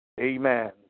Amen